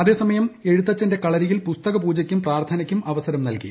അതേ സമയം എഴുത്തച്ഛന്റെ കളരിയിൽ പുസ്തക പൂജയ്ക്കും പ്രാർഥനയ്ക്കും അവസരം നൽകി